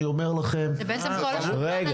אני אומר לכם --- זה בעצם כל --- רגע,